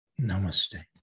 Namaste